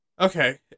Okay